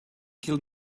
kill